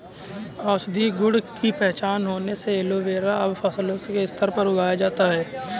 औषधीय गुण की पहचान होने से एलोवेरा अब फसलों के स्तर पर उगाया जाता है